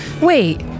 Wait